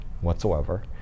whatsoever